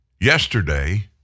Yesterday